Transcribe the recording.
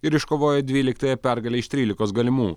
ir iškovojo dvyliktąją pergalę iš trylikos galimų